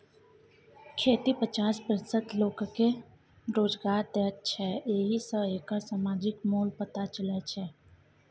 खेती पचास प्रतिशत लोककेँ रोजगार दैत छै एहि सँ एकर समाजिक मोल पता चलै छै